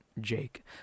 Jake